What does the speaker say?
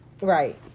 right